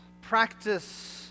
practice